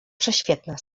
prześwietna